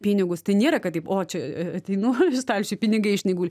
pinigus tai nėra kaip o čia ateinu stalčiuj pinigai žinai gul